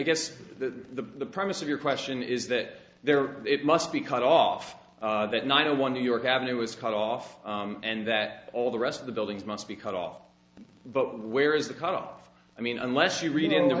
guess the premise of your question is that there must be cut off that ninety one new york avenue is cut off and that all the rest of the buildings must be cut off but where is the cut off i mean unless you read in